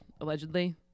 allegedly